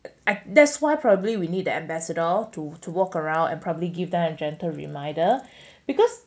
that's why probably we need the ambassador to to walk around and probably give them a gentle reminder because